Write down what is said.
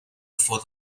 before